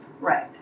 Right